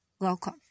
Welcome